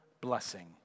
blessing